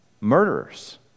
murderers